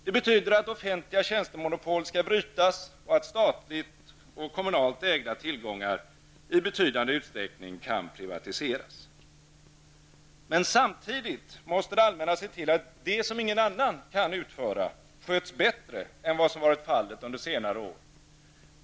Det betyder att offentliga tjänstemonopol skall brytas och att statligt och kommunalt ägda tillgångar i betydande utsträckning kan privatiseras. Men samtidigt måste det allmänna se till att det som ingen annan kan utföra sköts bättre än vad som varit fallet under senare år.